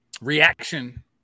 reaction